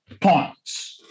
points